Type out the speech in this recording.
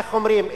איך אומרים?